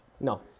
No